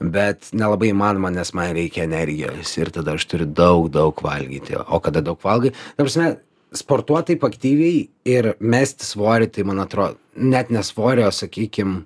bet nelabai įmanoma nes man reikia energijos ir tada aš turiu daug daug valgyti o kada daug valgai ta prasme sportuot taip aktyviai ir mest svorį tai man atro net ne svorį sakykim